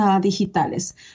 digitales